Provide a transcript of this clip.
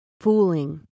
fooling